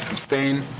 abstain?